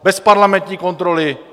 Bez parlamentní kontroly.